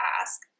ask